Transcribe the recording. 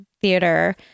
Theater